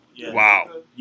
Wow